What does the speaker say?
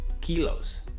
kilos